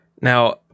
now